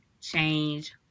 change